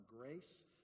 grace